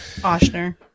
Oshner